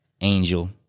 Angel